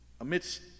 Amidst